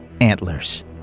Antlers